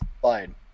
Slide